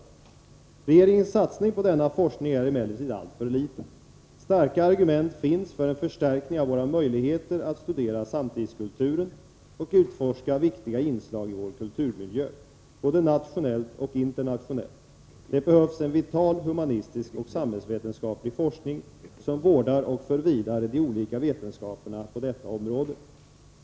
Regeringens satsning på denna forskning är emellertid alltför liten. Starka argument finns för en förstärkning av våra möjligheter att studera samtidskulturen och utforska viktiga inslag i vår kulturmiljö, både nationellt och internationellt. Det behövs en vital humanistisk och samhällsvetenskaplig forskning som vårdar och för vidare de olika vetenskaperna på detta område.